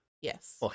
yes